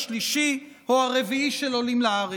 השלישי או הרביעי של עולים לארץ.